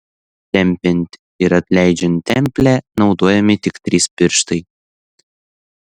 tempiant ir atleidžiant templę naudojami tik trys pirštai